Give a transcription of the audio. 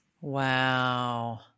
Wow